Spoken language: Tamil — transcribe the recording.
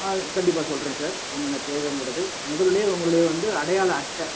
கண்டிப்பாக சொல்கிறேன் சார் என்னென்ன தேவைங்குறது முதலிலே உங்களுடைய வந்து அடையாள அட்டை